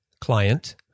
client